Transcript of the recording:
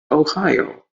ohio